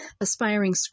aspiring